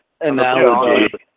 analogy